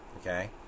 okay